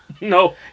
No